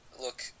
look